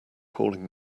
calling